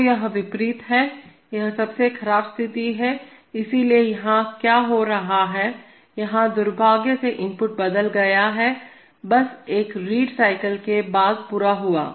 तो यह विपरीत है यह सबसे खराब स्थिति है इसलिए यहां क्या हो रहा है यहां दुर्भाग्य से इनपुट बदल गया है बस एक रीड साइकिल के बाद पूरा हुआ